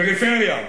פריפריה,